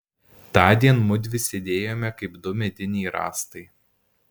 tądien mudvi sėdėjome kaip du mediniai rąstai